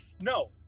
no